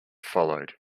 followed